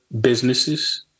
businesses